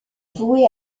voué